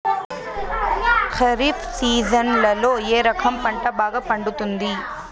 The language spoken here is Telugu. ఖరీఫ్ సీజన్లలో ఏ రకం పంట బాగా పండుతుంది